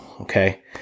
Okay